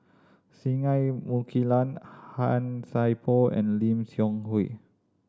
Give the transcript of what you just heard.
Singai Mukilan Han Sai Por and Lim Seok Hui